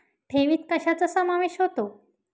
ठेवीत कशाचा समावेश होतो?